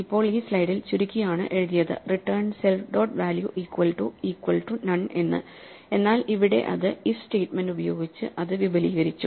ഇപ്പോൾ ഈ സ്ലൈഡിൽ ചുരുക്കി ആണ് എഴുതിയത്റിട്ടേൺ self dot value equal to equal to none എന്ന് എന്നാൽ ഇവിടെ അത് if സ്റ്റേറ്റ്മെന്റ് ഉപയോഗിച്ച് അത് വിപുലീകരിച്ചു